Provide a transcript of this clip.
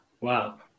wow